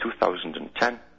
2010